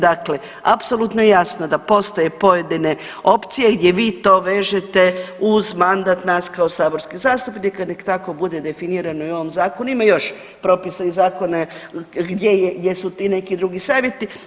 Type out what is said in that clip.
Dakle, apsolutno je jasno da postoje pojedine opcije gdje vi to vežete uz mandat nas kao saborskih zastupnika, nek tako bude definirano i u ovom zakonu, ima još propisa i zakona gdje je, gdje su ti neki drugi savjeti.